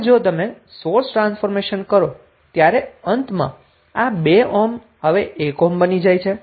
હવે જો તમે સોર્સ ટ્રાન્સફોર્મેશન કરો ત્યારે અંતમાં આ 2 ઓહ્મ હવે 1 ઓહ્મ બની જાય છે